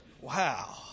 Wow